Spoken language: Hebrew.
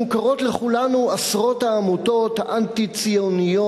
מוכרות לכולנו עשרות העמותות האנטי-ציוניות,